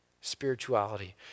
spirituality